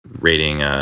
rating